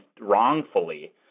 wrongfully